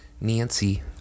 nancy